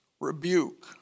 rebuke